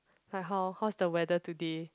like how how's the weather today